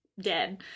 dead